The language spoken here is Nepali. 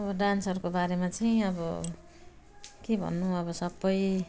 अब डान्सरको बारेमा चाहिँ अब के भन्नु अब सबै